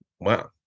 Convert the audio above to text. Wow